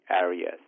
areas